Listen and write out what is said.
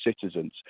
citizens